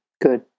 good